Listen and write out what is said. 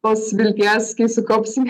tos vilties kai sukaupsim